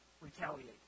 retaliate